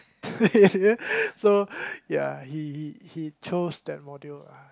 so ya he he he chose that module lah